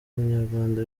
umunyarwanda